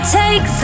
take